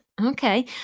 Okay